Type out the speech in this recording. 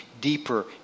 deeper